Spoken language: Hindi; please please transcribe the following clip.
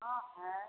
हाँ है